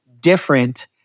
different